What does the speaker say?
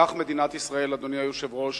וכך מדינת ישראל, אדוני היושב-ראש,